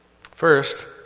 First